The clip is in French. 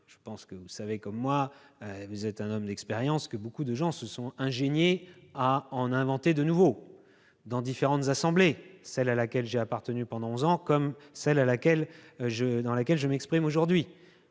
de l'éolien, vous le savez comme moi- vous êtes un homme d'expérience -, nombreux sont ceux qui se sont ingéniés à en inventer de nouveaux dans différentes assemblées, celle à laquelle j'ai appartenu pendant onze ans comme celle dans laquelle je m'exprime aujourd'hui.